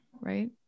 right